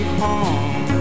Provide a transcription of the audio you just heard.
home